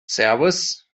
servus